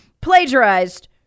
plagiarized